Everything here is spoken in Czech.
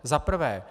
Za prvé.